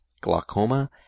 glaucoma